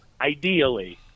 ideally